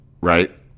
Right